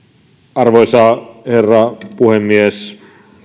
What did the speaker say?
arvoisa herra puhemies